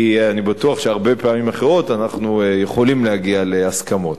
כי אני בטוח שהרבה פעמים אחרות אנחנו יכולים להגיע להסכמות.